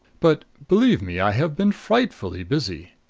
but, believe me, i have been frightfully busy.